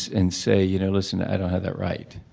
and say you know listen i don't have that right,